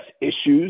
issues